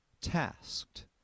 tasked